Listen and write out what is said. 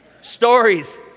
Stories